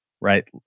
right